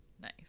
nice